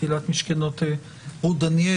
קהילת משכנות רות דניאל.